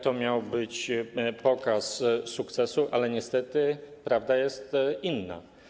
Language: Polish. To miał być pokaz sukcesu, ale niestety prawda jest inna.